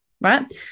right